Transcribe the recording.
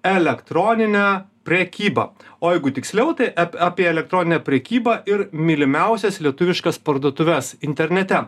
elektroninę prekybą o jeigu tiksliau tai ep apie elektroninę prekybą ir mylimiausias lietuviškas parduotuves internete